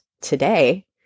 today